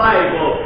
Bible